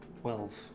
Twelve